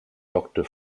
doctor